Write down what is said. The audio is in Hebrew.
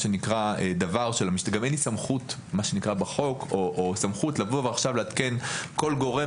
גם אין לי סמכות בחוק לעדכן כל גורם